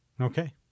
Okay